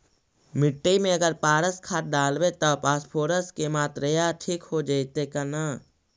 मिट्टी में अगर पारस खाद डालबै त फास्फोरस के माऋआ ठिक हो जितै न?